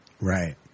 Right